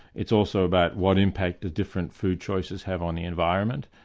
it's also about what impact the different food choices have on the environment,